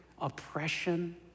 oppression